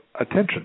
attention